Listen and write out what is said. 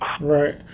Right